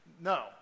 no